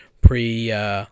pre